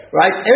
right